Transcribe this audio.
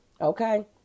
Okay